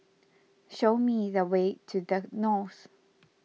show me the way to the Knolls